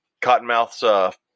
cottonmouths